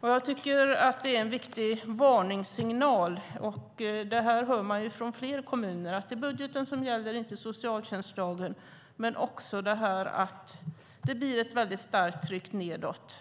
Jag tycker att det är en viktig varningssignal. Man hör från flera kommuner att det är budgeten som gäller och inte socialtjänstlagen. Det blir ett mycket starkt tryck nedåt.